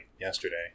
yesterday